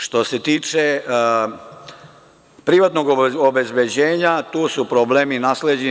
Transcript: Što se tiče privatnog obezbeđenja, tu su problemi nasleđeni.